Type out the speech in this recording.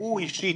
הוא אישית,